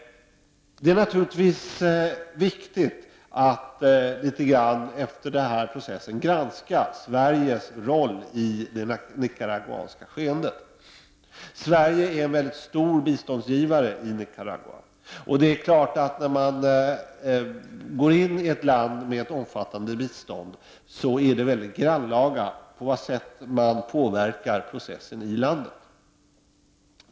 Det är naturligtvis viktigt att man efter denna process litet grand granskar Sveriges roll i det nicaraguanska skeendet. Sverige är en stor biståndsgivare till Nicaragua. Och när man går in i ett land med ett omfattande bistånd är det klart att det sätt på vilket man påverkar processen i landet är mycket grannlaga.